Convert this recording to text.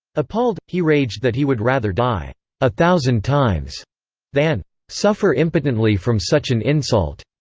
appalled, he raged that he would rather die a thousand times than suffer impotently from such an insult.